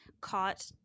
caught